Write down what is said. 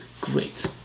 great